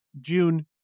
june